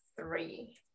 three